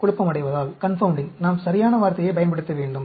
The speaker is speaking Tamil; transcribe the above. குழப்பமடைவதால் நாம் சரியான வார்த்தையை பயன்படுத்த வேண்டும்